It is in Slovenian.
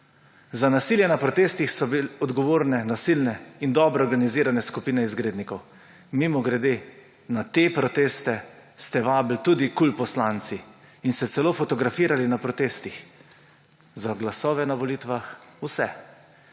za nasilje na protestih so bile odgovorne nasilne in dobro organizirane skupine izgrednikov. Mimogrede, na te proteste ste vabili tudi poslanci KUL in se celo fotografirali na protestih. Za glasove na volitvah, vse.